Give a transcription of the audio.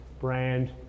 brand